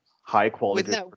High-quality